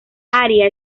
área